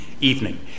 Evening